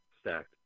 stacked